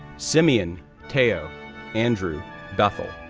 simeon teo andrew bethel,